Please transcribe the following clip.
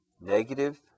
negative